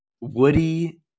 Woody